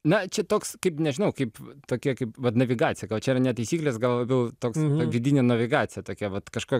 na čia toks kaip nežinau kaip tokie kaip vat navigacija gal čia yra ne taisyklės gal labiau toks vidinė navigacija tokia vat kažką